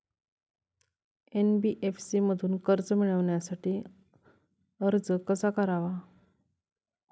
NBFC मधून कर्ज मिळवण्यासाठी अर्ज कसा करावा?